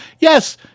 Yes